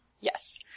Yes